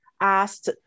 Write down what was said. asked